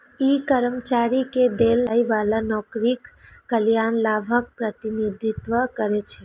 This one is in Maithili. ई कर्मचारी कें देल जाइ बला नौकरीक कल्याण लाभक प्रतिनिधित्व करै छै